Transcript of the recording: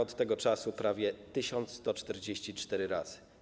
Od tego czasu, uwaga, prawie 1144 razy.